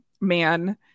man